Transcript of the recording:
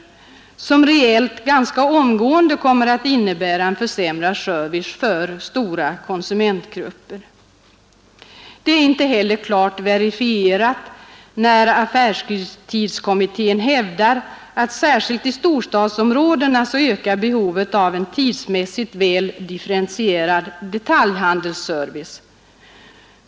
Reellt kommer detta ganska omgående att innebära en försämrad service för stora konsumentgrupper. Det är inte heller klart verifierat, när affärstidskommittén hävdar att särskilt i storstadsområdena behovet ökar av en tidsmässigt väl differentierad detaljhandelsservice.